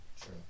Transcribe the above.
true